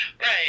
Right